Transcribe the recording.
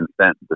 consent